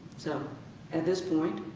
so at this point,